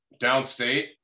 Downstate